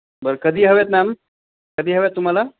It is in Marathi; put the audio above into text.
बर कधी हवे आहेत मॅम कधी हव्या आहेत तुम्हाला